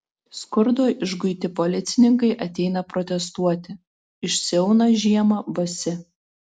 skurdo išguiti policininkai ateina protestuoti išsiauna žiemą basi